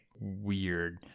weird